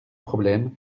problème